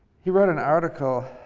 he wrote an article